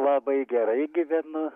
labai gerai gyvenu